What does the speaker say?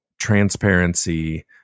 transparency